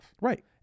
Right